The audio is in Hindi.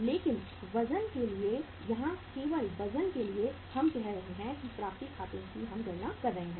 लेकिन वजन के लिए यहाँ केवल वजन के लिए हम कह रहे हैं प्राप्त खातों की हम गणना कर रहे हैं